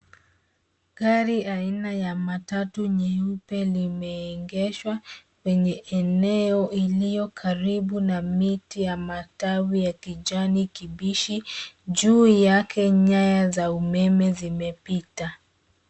Gari aina ya matatu nyeupe limeegeshwa kwenye eneo iliyo karibu na miti ya matawi ya kijani kibichi. Juu yake nyaya za umeme zimepita.